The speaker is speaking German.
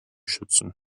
schützen